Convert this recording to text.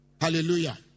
Hallelujah